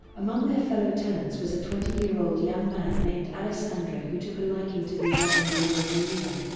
among their fellow tenants was a twenty year old young man named alessandro who took a liking to the eleven year old maria.